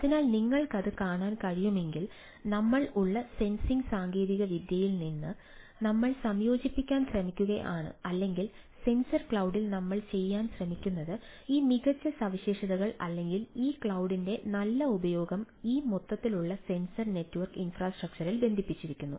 അതിനാൽ നിങ്ങൾക്കത് കാണാൻ കഴിയുമെങ്കിൽ നമ്മൾ ഉള്ള സെൻസിംഗ് സാങ്കേതികവിദ്യയിൽ നിന്ന് നമ്മൾ സംയോജിപ്പിക്കാൻ ശ്രമിക്കുകയാണ് അല്ലെങ്കിൽ സെൻസർ ക്ലൌഡിൽ നമ്മൾ ചെയ്യാൻ ശ്രമിക്കുന്നത് ഈ മികച്ച സവിശേഷതകൾ അല്ലെങ്കിൽ ഈ ക്ലൌഡിന്റെ നല്ല ഉപയോഗം ഈ മൊത്തത്തിലുള്ള സെൻസർ നെറ്റ്വർക്ക് ഇൻഫ്രാസ്ട്രക്ചറിൽ ബന്ധിപ്പിക്കുന്നു